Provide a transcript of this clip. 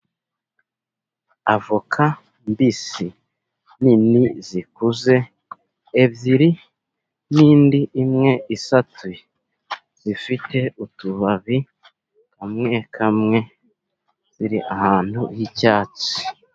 Avoka mbisi nini zikuze ebyiri n'indi imwe isatuye zifite utubabi kamwe kamwe, ziri ahantu h'icyatsi.